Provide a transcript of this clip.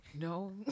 No